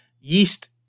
yeast